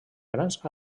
grans